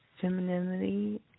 femininity